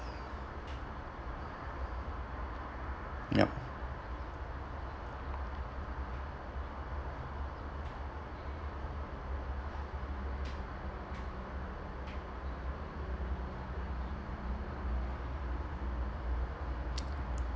yup